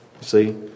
See